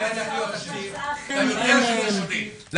הרווחה והשירותים החברתיים איציק שמולי: חבר הכנסת פינדרוס,